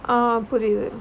ah புரிது:purithu